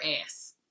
ass